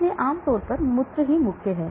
इसलिए आमतौर पर मूत्र मुख्य है